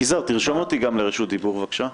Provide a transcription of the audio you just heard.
יזהר, תרשום אותי לרשות דיבור, בבקשה.